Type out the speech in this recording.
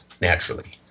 naturally